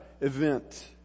event